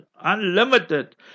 unlimited